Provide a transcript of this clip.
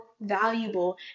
valuable